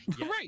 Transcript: Right